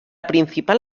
principal